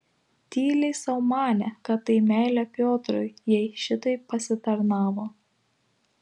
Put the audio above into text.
tyliai sau manė kad tai meilė piotrui jai šitaip pasitarnavo